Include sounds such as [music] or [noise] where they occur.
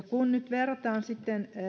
[unintelligible] kun nyt verrataan sitten